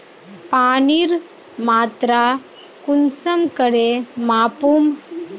पानीर मात्रा कुंसम करे मापुम?